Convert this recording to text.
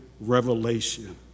revelation